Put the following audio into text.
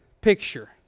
picture